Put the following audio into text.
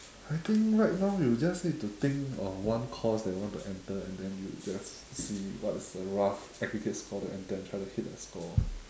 I think right now you just need to think of one course that you want to enter and then you just see what's the rough aggregate score to enter and try to hit that score